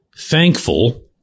thankful